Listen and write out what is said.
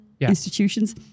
institutions